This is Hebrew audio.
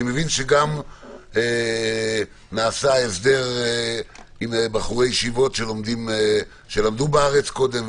אני מבין שגם נעשה הסדר עם בחורי ישיבות שלמדו בארץ קודם,